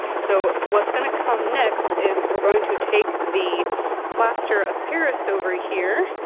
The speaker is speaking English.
so what's gonna come next is we're going to take the plaster of paris over here